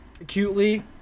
acutely